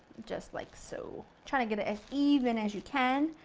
just like so. try to get it as even as you can,